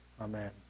Amen